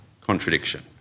contradiction